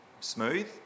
smooth